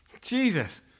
Jesus